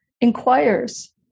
inquires